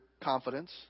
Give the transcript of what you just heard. confidence